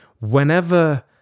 whenever